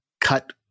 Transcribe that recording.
cut